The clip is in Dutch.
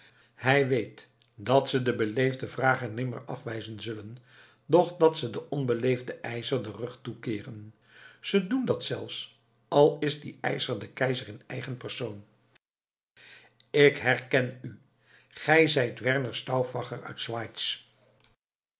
hij weet dat ze den beleefden vrager nimmer afwijzen zullen doch dat ze den onbeleefden eischer den rug toekeeren ze doen dat zelfs al is die eischer de keizer in eigen persoon ik herken u gij zijt werner